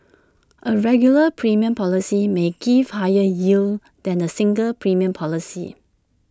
A regular premium policy may give higher yield than A single premium policy